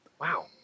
Wow